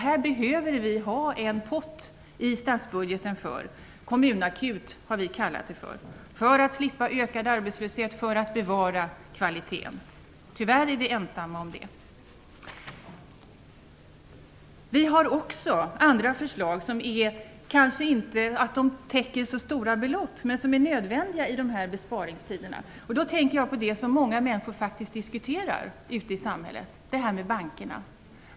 Vi behöver ha en pott i statsbudgeten för detta för att slippa ökad arbetslöshet och för att bevara kvaliteten. Vi har kallat det för kommunakut. Vi är tyvärr ensamma om det. Vi har också andra förslag som kanske inte täcker så stora belopp, men som är nödvändiga i dessa besparingstider. Då tänker jag på det som många människor ute i samhället faktiskt diskuterar, nämligen detta med bankerna.